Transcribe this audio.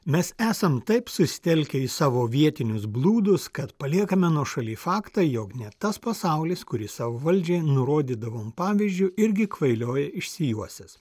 mes esam taip susitelkę į savo vietinius blūdus kad paliekame nuošaly faktą jog net tas pasaulis kurį savo valdžiai nurodydavom pavyzdžiu irgi kvailioja išsijuosęs